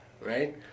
right